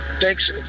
thanks